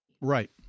Right